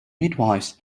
midwifes